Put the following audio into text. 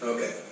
Okay